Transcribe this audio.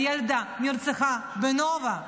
הילדה נרצחה בנובה,